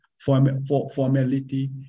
formality